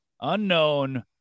unknown